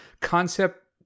concept